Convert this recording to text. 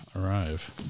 arrive